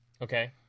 Okay